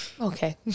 Okay